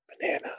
Banana